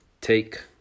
take